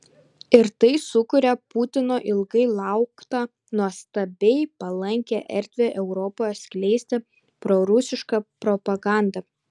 ir tai sukuria putino ilgai lauktą nuostabiai palankią erdvę europoje skleisti prorusišką propagandą